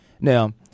Now